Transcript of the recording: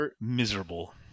miserable